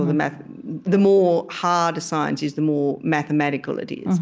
the the more hard a science is, the more mathematical it is.